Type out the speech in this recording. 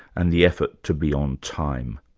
and the effort to be on time.